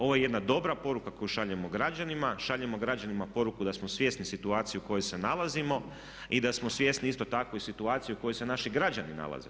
Ovo je jedna dobra poruka koju šaljemo građanima, šaljemo građanima poruku da smo svjesni situacije u kojoj se nalazimo i da smo svjesni isto tako i situacije u kojoj se naši građani nalaze.